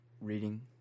reading